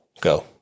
Go